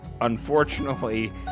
unfortunately